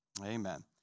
Amen